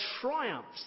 triumphs